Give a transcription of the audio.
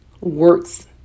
works